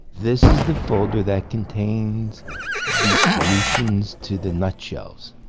this is the folder that contains the solutions to the nutshells.